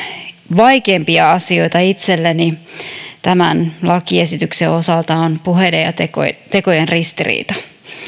vaikeimpia asioita myös itselleni on tämän lakiesityksen osalta puheiden ja tekojen tekojen ristiriita